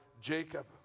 Jacob